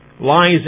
lies